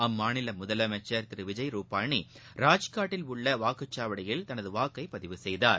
அம்மாநில முதலமைச்சர் திரு விஜய் ரூபாணி ராஜ்காட்டில் உள்ள வாக்குச்சாவடியில் தனது வாக்கை பதிவு செய்தார்